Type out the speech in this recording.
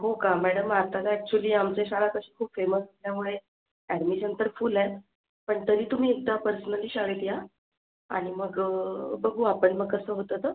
हो का मॅडम आता का ॲक्चुली आमची शाळा कशी खूप फेमस असल्यामुळे ॲडमिशन तर फुल आहे पण तरी तुम्ही एकदा पर्सनली शाळेत या आणि मग बघू आपण मग कसं होतं तर